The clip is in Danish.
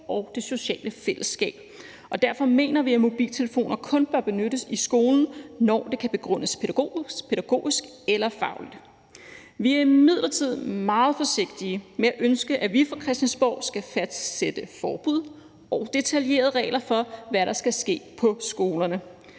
og det sociale fællesskab, og derfor mener vi, at mobiltelefoner kun bør benyttes i skolen, når det kan begrundes pædagogisk eller fagligt. Vi er imidlertid meget forsigtige med at ønske, at vi fra Christiansborgs side skal fastsætte forbud og detaljerede regler for, hvad der skal ske på skolerne.